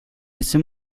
ese